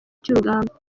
cy’urugamba